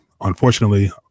unfortunately